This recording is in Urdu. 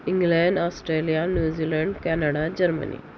England Australia New Zealand Canada Germany